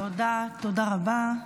תודה רבה.